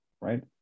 right